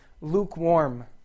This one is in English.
lukewarm